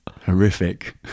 horrific